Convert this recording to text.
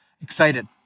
excited